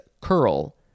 curl